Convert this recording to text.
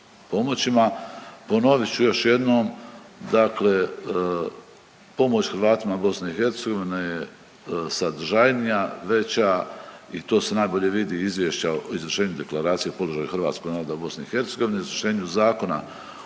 pomoć Hrvatima BiH je sadržajnija, veća i to se najbolje vidi iz Izvješća o izvršenju Deklaracije o položaju hrvatskog naroda u BIH, o izvršenju Zakona